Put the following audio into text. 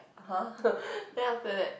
!huh! then after that